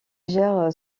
gère